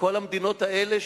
כל המדינות האלה,